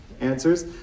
answers